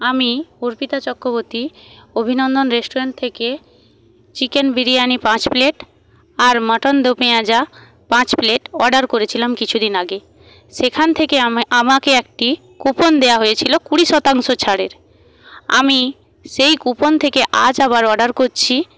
আমি অর্পিতা চক্রবর্তী অভিনন্দন রেষ্টুরেন্ট থেকে চিকেন বিরিয়ানি পাঁচ প্লেট আর মটন দোপেঁয়াজা পাঁচ প্লেট অর্ডার করেছিলাম কিছুদিন আগে সেখান থেকে আমায় আমাকে একটি কুপন দেওয়া হয়েছিল কুড়ি শতাংশ ছাড়ের আমি সেই কুপন থেকে আজ আবার অর্ডার করছি